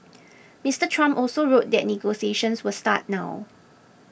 Mister Trump also wrote that negotiations will start now